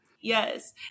Yes